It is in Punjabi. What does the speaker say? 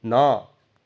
ਨਾ